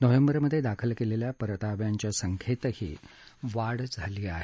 नोव्हेंबरमधे दाखल केलेल्या परताव्यांच्या संख्येतही वाढ झाली आहे